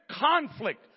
conflict